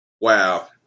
Wow